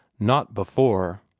not before.